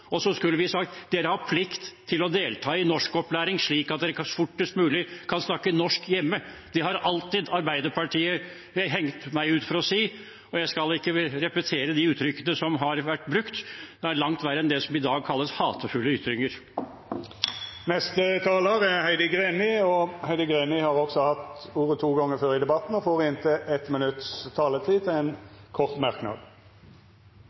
Og så skulle vi sagt: Dere har plikt til å delta i norskopplæring slik at dere fortest mulig kan snakke norsk hjemme. Det har Arbeiderpartiet alltid hengt meg ut for å si. Jeg skal ikke repetere de uttrykkene som har vært brukt, det er langt verre enn det som i dag kalles hatefulle ytringer. Heidi Greni har hatt ordet to gonger tidlegare og får ordet til ein kort merknad, avgrensa til 1 minutt. Jeg har